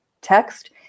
text